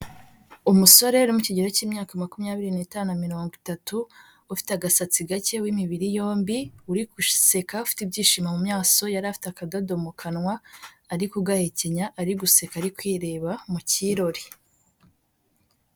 Umusore rero mu kigero cy'imyaka makumyabiri n'itanu mirongo itatu, ufite agasatsi gake, w'imibiri yombi, uri guseka ufite ibyishimo mu maso, yari afite akadodo mu kanwa ari kugahekenya, ari guseka, ari kwireba mu kirori.